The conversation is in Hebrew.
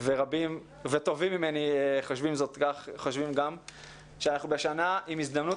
וטובים ממני חושבים כך אנחנו בשנה עם הזדמנות